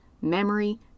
memory